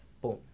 Boom